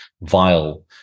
vile